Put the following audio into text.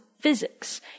physics